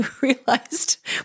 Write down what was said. realized